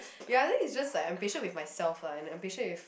ya the thing it's just like I'm impatient with myself and I'm impatient with